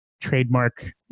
trademark